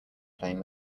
playing